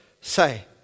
say